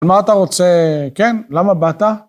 מה אתה רוצה... כן. למה באת?